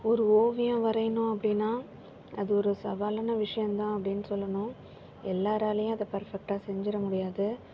ஒரு ஓவியம் வரையணும் அப்படின்னா அது ஒரு சவாலான விஷயோந்தான் அப்படின்னு சொல்லணும் எல்லாராலையும் அதை பர்ஃபெக்ட்டாக செஞ்சுர முடியாது